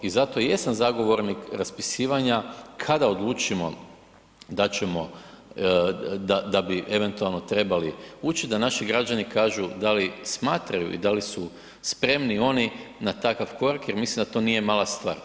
I zato jesam zagovornik raspisivanja kada odlučimo da bi eventualno trebali ući da naši građani kažu da li smatraju i da li su spremni oni na takav korak jer mislim da to nije mala stvar.